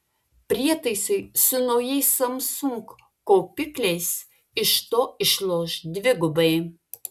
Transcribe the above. prietaisai su naujais samsung kaupikliais iš to išloš dvigubai